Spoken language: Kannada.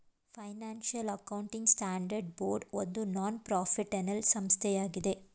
ಫೈನಾನ್ಸಿಯಲ್ ಅಕೌಂಟಿಂಗ್ ಸ್ಟ್ಯಾಂಡರ್ಡ್ ಬೋರ್ಡ್ ಒಂದು ನಾನ್ ಪ್ರಾಫಿಟ್ಏನಲ್ ಸಂಸ್ಥೆಯಾಗಿದೆ